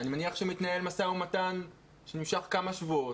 אני מניח שמתנהל משא ומתן שנמשך כמה שבועות.